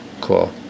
cool